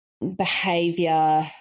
behavior